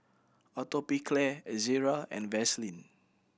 Atopiclair Ezerra and Vaselin